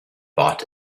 bought